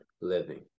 living